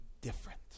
different